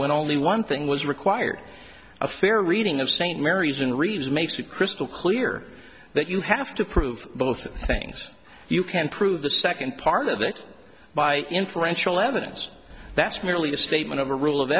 when only one thing was required a fair reading of st mary's in reeves makes it crystal clear that you have to prove both things you can prove the second part of it by influential evidence that's merely a statement of a rule of